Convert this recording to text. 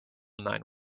nine